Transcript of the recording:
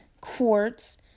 quartz